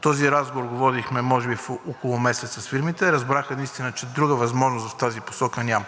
Този разговор го водихме може би около месец с фирмите. Разбрах единствено, че друга възможност в тази посока няма.